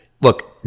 Look